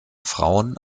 frauen